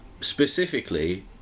specifically